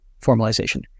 formalization